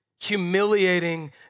humiliating